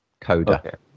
Coda